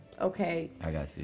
okay